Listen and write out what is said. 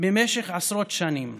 במשך עשרות שנים,